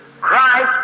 Christ